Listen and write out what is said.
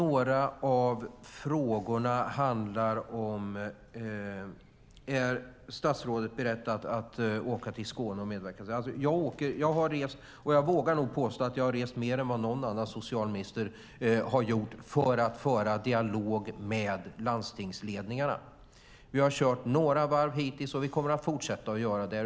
En av frågorna här lydde: Är statsrådet beredd att åka till Skåne och medverka till en lösning? Jag vågar nog påstå att jag har rest mer än någon annan socialminister för att föra dialog med landstingsledningarna. Vi har kört några varv hittills, och vi kommer att fortsätta.